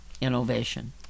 innovation